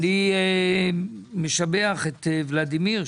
ואני משבח את ולדימיר,